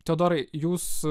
teodorai jūs